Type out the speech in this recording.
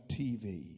TV